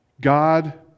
God